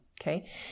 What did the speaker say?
okay